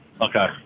Okay